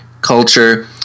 culture